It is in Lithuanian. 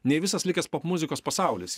nei visas likęs popmuzikos pasaulis